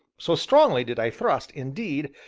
so strongly did i thrust, indeed,